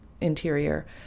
interior